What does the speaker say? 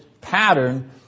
pattern